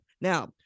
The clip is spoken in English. Now